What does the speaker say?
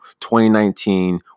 2019